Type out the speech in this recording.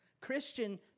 Christian